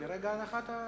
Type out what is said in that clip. מרגע הנחת החוק.